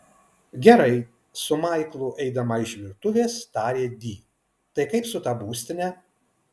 gerai su maiklu eidama iš virtuvės tarė di tai kaip su ta būstine